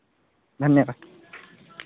धन्यवाद